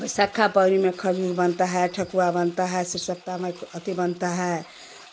विसखा पवनी में खजूर बनता है ठकुआ बनता है शिव्सकता माई को आरती बनता है